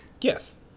Yes